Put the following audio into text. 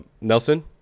nelson